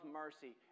mercy